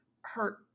hurt